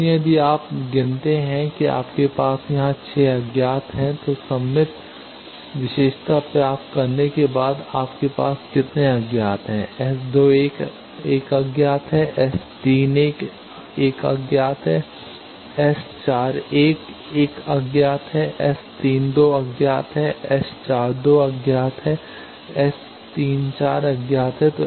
इसलिए यदि आप गिनते हैं कि आपके पास यहां 6 अज्ञात हैं तो सममित विशेषता प्राप्त करने के बाद आपके पास कितने अज्ञात हैं S21 एक अज्ञात है S31 एक अज्ञात है S4 1 एक अज्ञात है S3 2 एक अज्ञात है S 42 एक अज्ञात है और S34 एक अज्ञात है